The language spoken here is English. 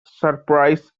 surprise